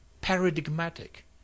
paradigmatic